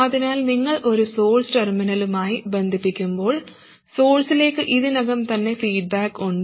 അതിനാൽ നിങ്ങൾ ഒരു സോഴ്സ് ടെർമിനലുമായി ബന്ധിപ്പിക്കുമ്പോൾ സോഴ്സിലേക്ക് ഇതിനകം തന്നെ ഫീഡ്ബാക്ക് ഉണ്ട്